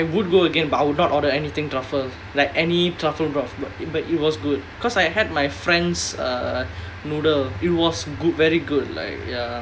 I would go again but I would not order anything truffle like any truffle broth but it but it was good because I had my friend's uh noodle it was good very good like ya